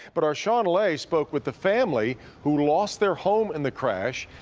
but our shawn ley spoke with the family who lost their home in the crash.